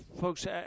folks